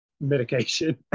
medication